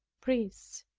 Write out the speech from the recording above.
priests,